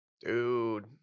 Dude